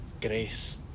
Grace